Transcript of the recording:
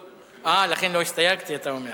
אה, לכן לא הסתייגתי, אתה אומר?